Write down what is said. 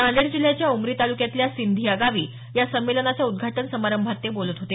नांदेड जिल्ह्याच्या उमरी तालुक्यातल्या सिंधी या गावी या संमेलनाच्या उद्घाटन समारंभात ते बोलत होते